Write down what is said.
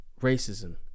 racism